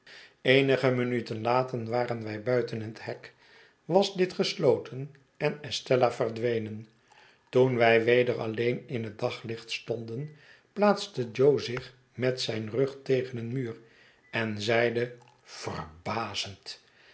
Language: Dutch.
eenige minuten later waren wij buiten het hek was dit gesloten en estella verdwenen toen wij weder alleen in het daglicht stonden plaatste jo zich met zijn rug tegen een muur en zeide